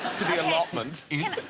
to be allotment in